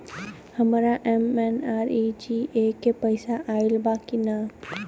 हमार एम.एन.आर.ई.जी.ए के पैसा आइल बा कि ना?